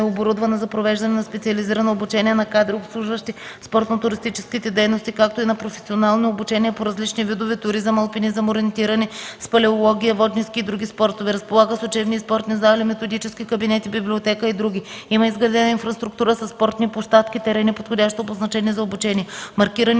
оборудвана за провеждане на специализирано обучение на кадри, обслужващи спортно-туристическите дейности, както и на професионално обучение по различни видове туризъм, алпинизъм, ориентиране, спелеология, водни ски и други спортове. Разполага с учебни и спортни зали, методически кабинети, библиотека и други. Има изградена инфраструктура със спортни площадки, терени, подходящо обозначени за обучение; маркирани